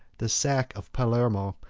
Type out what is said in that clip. the sack of palermo,